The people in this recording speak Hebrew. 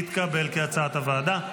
כהצעת הוועדה,